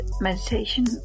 meditation